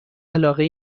علاقه